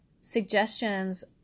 Suggestions